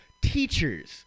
teachers